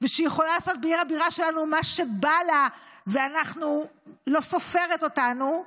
ושהיא יכולה לעשות בעיר הבירה שלנו מה שבא לה ולא סופרת אותנו,